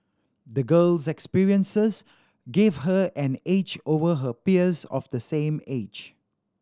the girl's experiences gave her an edge over her peers of the same age